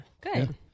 good